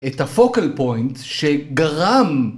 את הפוקל פוינט שגרם